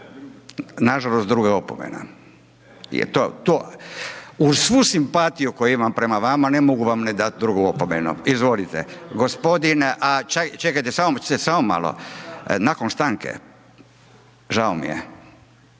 nažalost druga opomena. To uz svu simpatiju koju imam prema vama, ne mogu vam ne dati drugu opomenu. Izvolite, gospodin čekajte, samo malo, nakon stanke. Žao mi je.